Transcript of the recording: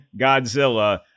Godzilla